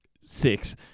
Six